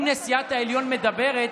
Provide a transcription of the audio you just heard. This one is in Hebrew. אם נשיאת העליון מדברת,